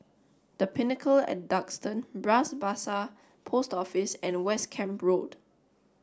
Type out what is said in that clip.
the Pinnacle at Duxton Bras Basah Post Office and West Camp Road